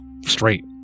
straight